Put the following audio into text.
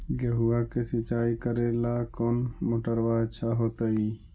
गेहुआ के सिंचाई करेला कौन मोटरबा अच्छा होतई?